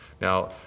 Now